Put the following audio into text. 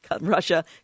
Russia